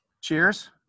Cheers